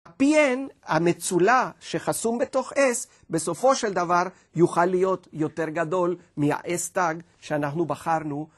ה-pn, המצולע, שחסום בתוך s בסופו של דבר יוכל להיות יותר גדול מ-s' שאנחנו בחרנו.